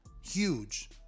Huge